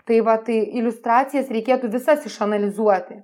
tai va tai iliustracijas reikėtų visas išanalizuoti